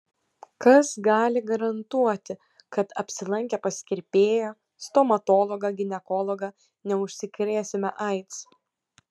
kas gali garantuoti kad apsilankę pas kirpėją stomatologą ginekologą neužsikrėsime aids